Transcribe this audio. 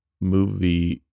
movie